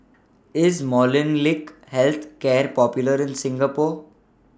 IS Molnylcke Health Care Popular in Singapore